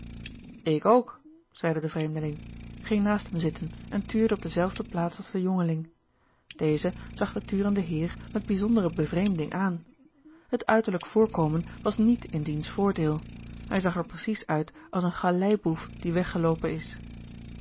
ik ook zeide de vreemdeling ging naast hem zitten en tuurde op dezelfde plaats als de jongeling deze zag den turenden heer met bijzondere bevreemding aan het uiterlijk voorkomen was niet in diens voordeel hij zag er precies uit als een galeiboef die weggeloopen is